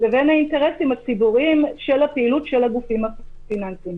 לבין האינטרסים הציבוריים של הפעילות של הגופים הפיננסיים.